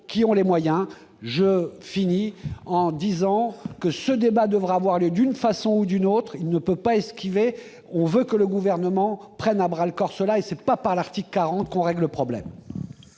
qui ont les moyens, je finis en disant que ce débat devrait avoir lieu, d'une façon ou d'une autre, il ne peut pas esquiver, on veut que le gouvernement prenne à bras le corps, cela et c'est pas par l'article 40 qu'on règle le problème.